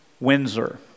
Windsor